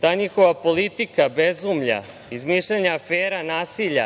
ta njihova politika bezumlja, izmišljanje afera, nasilja,